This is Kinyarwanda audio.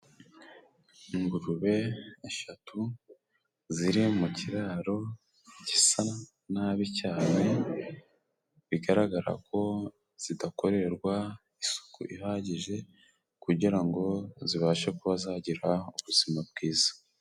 Ingurube eshatu ziri mu kiraro gisa nabi cyane bigaragara ko zidakorerwa isuku ihagije kugira ngo zibashe kuba zagira ubuzima bwiza.